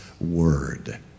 word